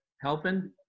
helping